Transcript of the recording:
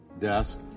desk